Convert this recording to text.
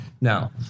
Now